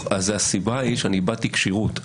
הסיבה היא שאני איבדתי כשירות.